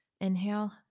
Inhale